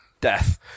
Death